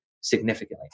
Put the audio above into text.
significantly